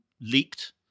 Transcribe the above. leaked